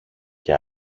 και